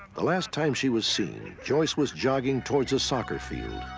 the last time she was seen, joyce was jogging towards a soccer field.